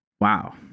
Wow